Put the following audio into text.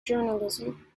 journalism